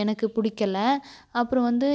எனக்கு பிடிக்கல அப்புறம் வந்து